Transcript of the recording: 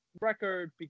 record